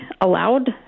allowed